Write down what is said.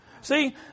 See